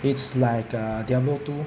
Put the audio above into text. it's like uh diablo two